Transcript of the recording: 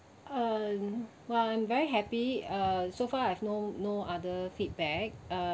uh well I'm very happy uh so far I have no no other feedback uh